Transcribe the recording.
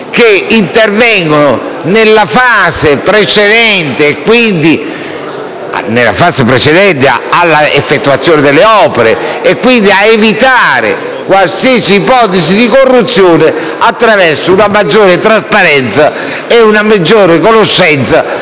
che intervengono nella fase precedente all'effettuazione delle opere e volti, quindi, ad evitare qualsiasi ipotesi di corruzione attraverso una maggiore trasparenza ed una maggiore conoscenza